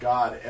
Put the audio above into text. God